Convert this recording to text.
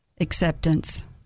acceptance